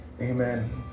amen